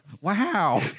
wow